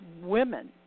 women